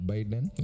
Biden